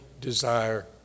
desire